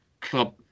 club